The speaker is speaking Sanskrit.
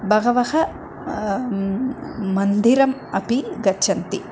बहवः मन्दिरम् अपि गच्छन्ति